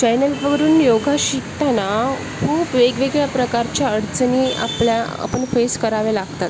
चॅनेलवरून योग शिकताना खूप वेगवेगळ्या प्रकारच्या अडचणी आपल्या आपण फेस कराव्या लागतात